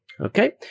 Okay